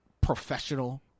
professional